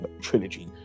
trilogy